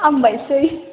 हामबायसै